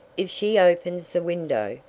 if she opens the window,